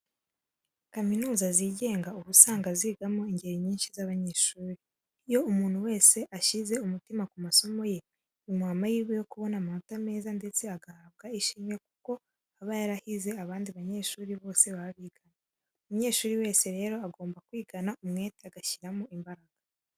Kaminuza zigenga uba usanga zigamo ingeri nyinshi z'abanyeshuri. Iyo umuntu wese ashyize umutima ku masomo ye, bimuha amahirwe yo kubona amanota meza ndetse agahabwa ishimwe kuko aba yarahize abandi banyeshuri bose baba bigana. Umunyeshuri wese rero agomba kwigana umwete agashyiramo n'imbaraga.